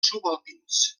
subalpins